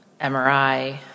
MRI